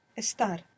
Estar